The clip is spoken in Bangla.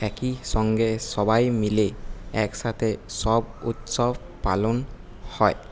একই সঙ্গে সবাই মিলে একসাথে সব উৎসব পালন হয়